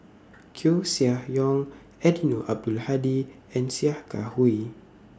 Koeh Sia Yong Eddino Abdul Hadi and Sia Kah Hui